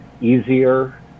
easier